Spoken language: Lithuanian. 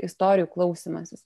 istorijų klausymasis